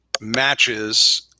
matches